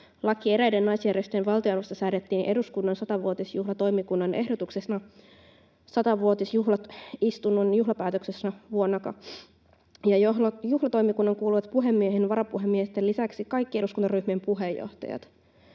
laki eräiden naisjärjestöjen valtionavusta säädettiin eduskunnan 100-vuotisjuhlatoimikunnan ehdotuksesta 100-vuotisjuhlaistunnon juhlapäätöksessä, ja juhlatoimikuntaan kuuluivat puhemiehen ja varapuhemiesten lisäksi kaikki eduskuntaryhmien puheenjohtajat.